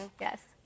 Yes